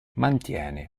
mantiene